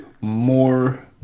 more